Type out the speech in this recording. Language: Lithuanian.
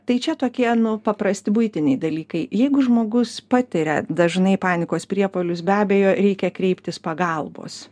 tai čia tokie nu paprasti buitiniai dalykai jeigu žmogus patiria dažnai panikos priepuolius be abejo reikia kreiptis pagalbos